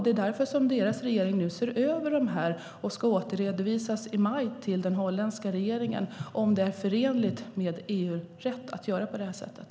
Det är därför som deras regering nu ser över det här. Det ska återredovisas i maj till den holländska regeringen om det är förenligt med EU-rätt att göra på det här sättet.